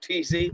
TZ